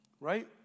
Right